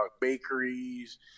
bakeries